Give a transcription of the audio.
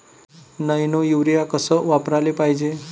Nano urea कस वापराले पायजे?